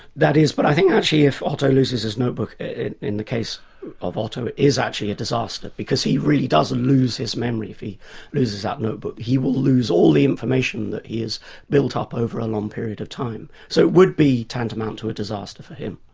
that is, but i think actually if otto loses his notebook in the case of otto is actually a disaster because he really does lose his memory if he loses that notebook, he will lose all the information that he has built up over a long period of time. so it would be tantamount to a disaster for him.